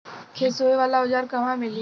खेत सोहे वाला औज़ार कहवा मिली?